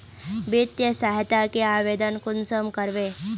वित्तीय सहायता के आवेदन कुंसम करबे?